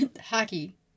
hockey